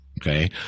okay